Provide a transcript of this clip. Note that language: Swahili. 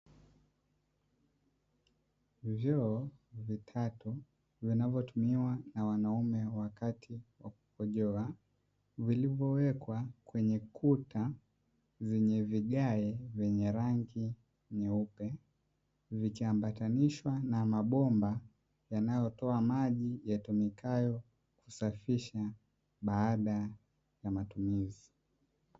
Vyoo vitatu vinavyotumiwa na wanaume wakati wa kukojoa, vilivyowekwa kwenye kuta zenye vigae vyenye rangi nyeupe, vikiambatanishwa na mabomba yanayotoa maji yatumikayo kusafisha baada ya matumizi.